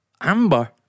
Amber